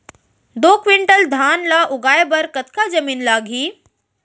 दो क्विंटल धान ला उगाए बर कतका जमीन लागही?